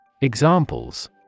Examples